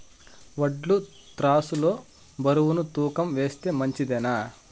వడ్లు త్రాసు లో బరువును తూకం వేస్తే మంచిదేనా?